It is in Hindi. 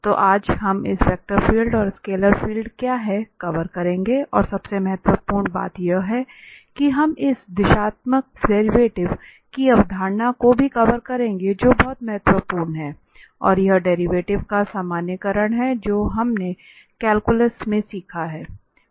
तो आज हम वेक्टर फील्ड और स्केलर फील्ड क्या है कवर करेंगे और सबसे महत्वपूर्ण बात यह है कि हम इस दिशात्मक डेरिवेटिव की अवधारणा को भी कवर करेंगे जो बहुत महत्वपूर्ण है और यह डेरिवेटिव का सामान्यीकरण है जो हमने कैलकुलस में सीखा है